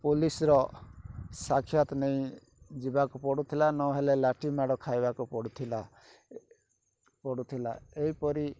ପୋଲିସ୍ର ସାକ୍ଷାତ ନେଇ ଯିବାକୁ ପଡୁଥିଲା ନହେଲେ ଲାଠିମାଡ଼ ଖାଇବାକୁ ପଡୁଥିଲା ପଡୁଥିଲା ଏହିପରି